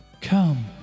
Come